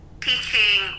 teaching